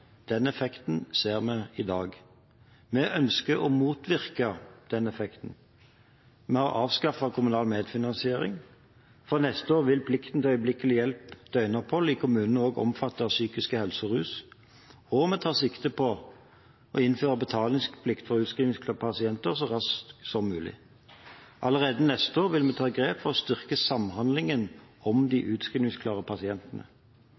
Den effekten ser vi i dag. Vi ønsker å motvirke den effekten. Vi har avskaffet kommunal medfinansiering. Fra neste år vil plikten til øyeblikkelig hjelp døgnopphold i kommunene også omfatte psykisk helse og rus, og vi tar sikte på å innføre betalingsplikt for utskrivningsklare pasienter så raskt som mulig. Allerede neste år vil vi ta grep for å styrke samhandlingen om de utskrivningsklare pasientene.